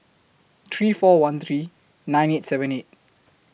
three four one three nine eight seven eight